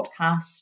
podcast